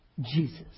Jesus